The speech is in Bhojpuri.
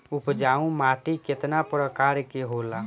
उपजाऊ माटी केतना प्रकार के होला?